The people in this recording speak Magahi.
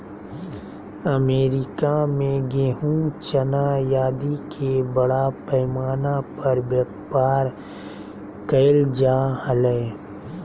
अमेरिका में गेहूँ, चना आदि के बड़ा पैमाना पर व्यापार कइल जा हलय